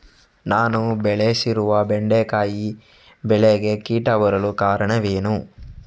ನಾನು ಬೆಳೆಸಿರುವ ಬೆಂಡೆಕಾಯಿ ಬೆಳೆಗೆ ಕೀಟ ಬರಲು ಕಾರಣವೇನು?